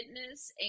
Fitness